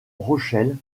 rochelle